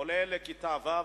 עולה לכיתה ו',